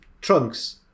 trunks